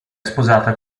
sposata